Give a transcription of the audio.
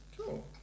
Cool